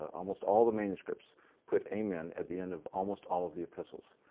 almost all the manuscripts put amen at the end of almost all of the epistles.